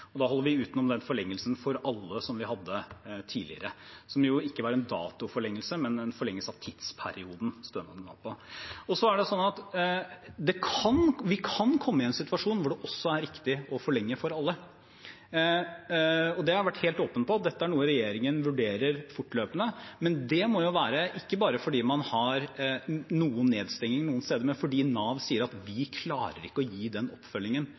Da holder vi utenom den forlengelsen for alle som vi hadde tidligere, som jo ikke var en datoforlengelse, men en forlengelse av tidsperioden stønaden var på. Så er det sånn at vi kan komme i en situasjon hvor det også er riktig å forlenge for alle, og jeg har vært helt åpen om at dette er noe regjeringen vurderer fortløpende, men det må jo være ikke bare fordi man har noe nedstenging noen steder, men fordi Nav sier at de ikke klarer å gi den oppfølgingen